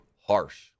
harsh